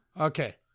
okay